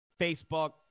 Facebook